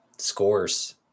scores